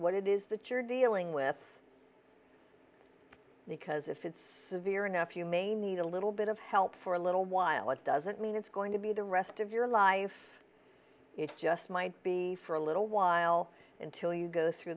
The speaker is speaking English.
what it is that you're dealing with because if it's severe enough you may need a little bit of help for a little while it doesn't mean it's going to be the rest of your life it just might be for a little while until you go through